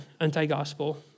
anti-gospel